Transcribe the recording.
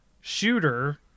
shooter